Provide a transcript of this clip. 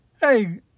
Hey